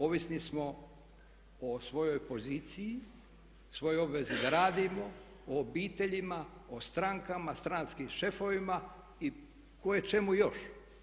Ovisni smo o svojoj poziciji, svojoj obvezi da radimo, o obiteljima, o strankama, stranačkim šefovima i koječemu još.